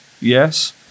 Yes